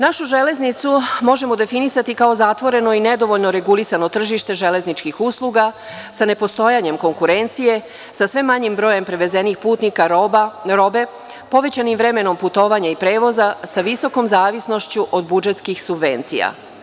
Našu železnicu možemo definisati kao zatvoreno i nedovoljno regulisano tržište železničkih usluga sa nepostojanjem konkurencije, sa sve manjim brojem prevezenih putnika, robe, povećanim vremenom putovanja i prevoza, sa visokom zavisnošću od budžetskih subvencija.